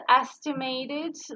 estimated